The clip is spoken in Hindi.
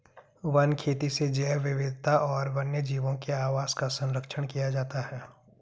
वन खेती से जैव विविधता और वन्यजीवों के आवास का सरंक्षण किया जाता है